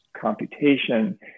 computation